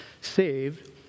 saved